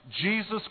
Jesus